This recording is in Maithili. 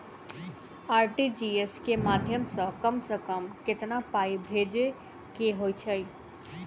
आर.टी.जी.एस केँ माध्यम सँ कम सऽ कम केतना पाय भेजे केँ होइ हय?